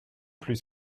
plus